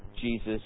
Jesus